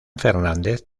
fernández